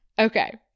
Okay